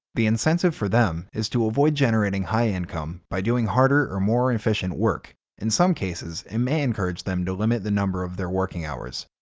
the incentive for them is to avoid generating higher income by doing harder or more efficient work in some cases it may encourage them to limit the number of their working hours.